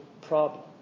problem